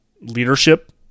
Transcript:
leadership